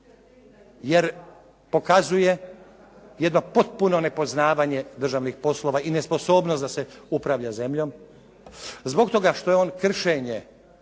jer pokazuje jedno potpuno nepoznavanje državnih poslova i nesposobnost da se upravlja zemljom, zbog toga što je on kršenje